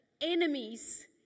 enemies